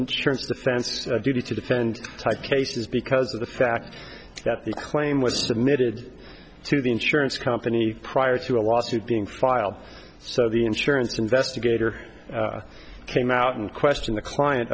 insurance defense duty to defend type cases because of the fact that the claim was submitted to the insurance company prior to a lawsuit being filed so the insurance investigator came out and question the client